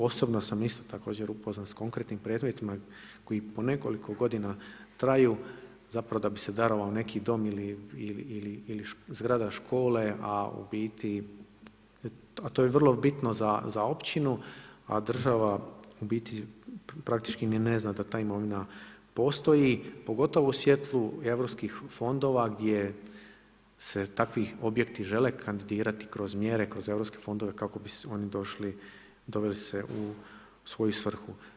Osobno sam isto također upoznat s konkretnim predmetima koji po nekoliko godina traju da bi se darovao neki dom ili zgrada škole, a u biti to je vrlo bitno za općinu, a država praktički ni ne zna da ta imovina postoji, pogotovo u svjetlu europskih fondova gdje se takvi objekti žele kandidirati kroz mjere kroz europske fondove kako bi se oni doveli u svoju svrhu.